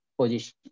position